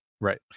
Right